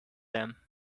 them